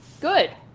Good